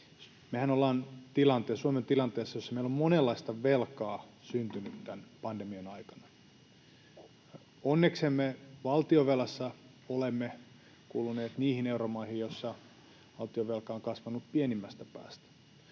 tilanteessa, Suomi on tilanteessa, jossa meillä on syntynyt monenlaista velkaa tämän pandemian aikana. Onneksemme valtionvelan suhteen olemme kuuluneet niihin euromaihin, joissa valtion velka on kasvanut pienimmästä päästä,